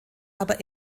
aber